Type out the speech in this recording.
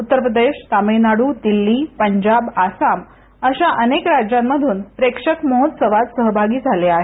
उत्तरप्रदेश तामिळनाडू दिल्ली पंजाब आसाम अशा अनेक राज्यांमधून प्रेक्षक महोत्सवात सहभागी झाले आहेत